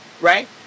right